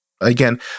Again